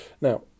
Now